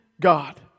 God